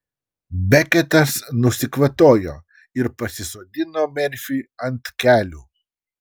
beketas nusikvatojo ir pasisodino merfį ant kelių